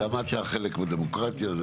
למדת חלק מדמוקרטיה.